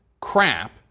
crap